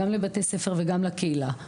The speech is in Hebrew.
גם לבתי ספר וגם לקהילה,